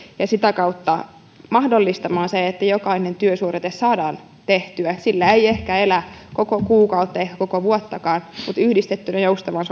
ja sitä kautta mahdollistamaan se että jokainen työsuorite saadaan tehtyä sillä ei ehkä elä koko kuukautta eikä koko vuottakaan mutta yhdistettynä joustavaan